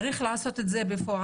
צריך לעשות את זה בפועל,